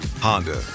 Honda